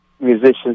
musicians